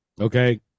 okay